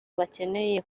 bakeneye